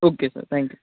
okay sir thank you